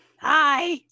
Hi